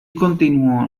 continuó